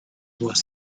was